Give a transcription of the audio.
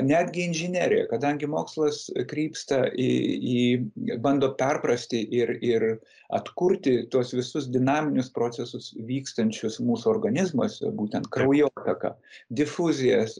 netgi inžinerija kadangi mokslas krypsta į į bando perprasti ir ir atkurti tuos visus dinaminius procesus vykstančius mūsų organizmuose būtent kraujotaką difuzijos